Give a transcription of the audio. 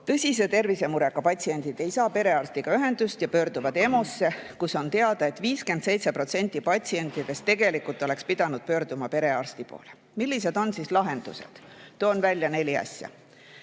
Tõsise tervisemurega patsiendid ei saa perearstiga ühendust ja pöörduvad EMO-sse, aga on teada, et 57% neist patsientidest oleks tegelikult pidanud pöörduma perearsti poole. Millised on siis lahendused? Toon välja neli asja.